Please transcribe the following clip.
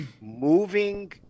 moving